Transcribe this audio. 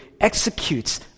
executes